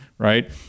right